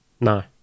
No